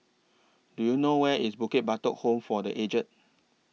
Do YOU know Where IS Bukit Batok Home For The Aged